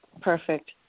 Perfect